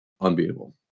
unbeatable